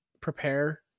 prepare